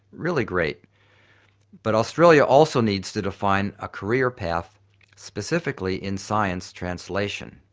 really great but australia also needs to to find a career path specifically in science translation.